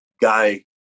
guy